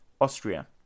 Austria